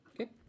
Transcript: Okay